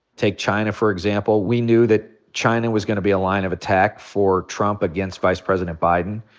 take china, for example. we knew that china was gonna be a line of attack for trump against vice president biden.